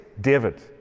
David